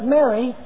Mary